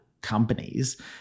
companies